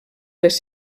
les